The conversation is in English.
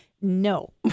No